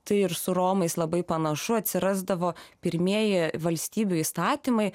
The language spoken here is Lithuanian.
tai ir su romais labai panašu atsirasdavo pirmieji valstybių įstatymai